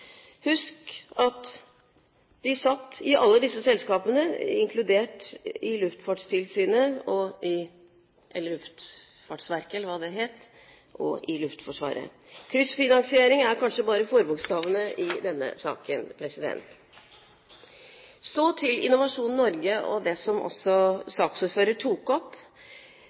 at de satt i alle disse selskapene, inkludert i Luftfartstilsynet – eller Luftfartsverket, eller hva det het – og i Luftforsvaret. Kryssfinansiering er kanskje bare forbokstaven i denne saken. Så til Innovasjon Norge og det som også saksordføreren tok opp: